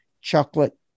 chocolate